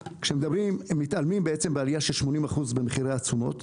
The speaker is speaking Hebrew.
מתעלמים מעלייה של 80% במחירי התשומות.